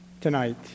tonight